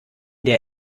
der